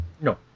No